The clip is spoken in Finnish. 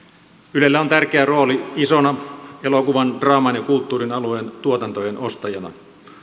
ylellä on tärkeä rooli isona elokuvan draaman ja kulttuurin alueen tuotantojen ostajana